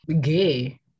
gay